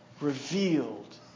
revealed